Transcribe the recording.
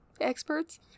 experts